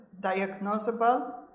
diagnosable